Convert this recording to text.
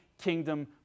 kingdom